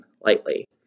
lightly